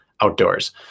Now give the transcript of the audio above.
outdoors